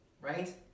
right